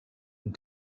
one